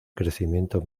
crecimiento